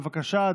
בבקשה,